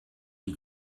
die